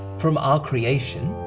from our creation.